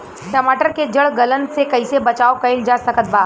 टमाटर के जड़ गलन से कैसे बचाव कइल जा सकत बा?